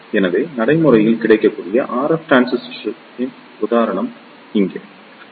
எனவே நடைமுறையில் கிடைக்கக்கூடிய RF டிரான்சிஸ்டரின் உதாரணம் இங்கே அதன் பெயர் BFP520